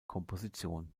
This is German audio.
komposition